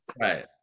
Right